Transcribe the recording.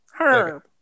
Herb